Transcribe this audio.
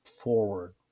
forward